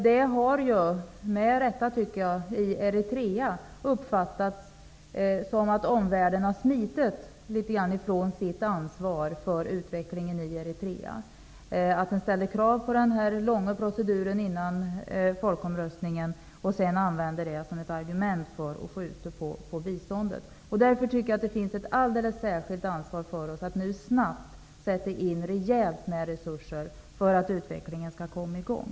Att omvärlden först ställer krav på den här långa proceduren före folkomröstningen och sedan använder det som ett argument för att skjuta på biståndet har, med rätta, i Eritrea uppfattats som att omvärlden har smitit litet grand från sitt ansvar för utvecklingen i Eritrea. Därför finns det ett alldeles särskilt ansvar för oss att nu snabbt sätta in rejält med resurser för att utvecklingen skall komma i gång.